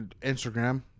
Instagram